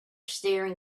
staring